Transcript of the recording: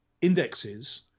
indexes